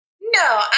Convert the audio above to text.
No